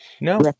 No